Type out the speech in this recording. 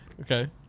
Okay